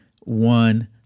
one